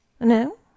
No